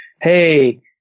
Hey